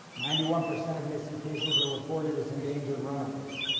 ninety one percent of missing cases are reported as endangered runaways,